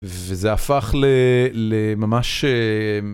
וזה הפך לממש...